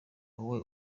wowe